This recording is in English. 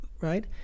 right